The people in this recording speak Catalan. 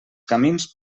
camins